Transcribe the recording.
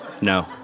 No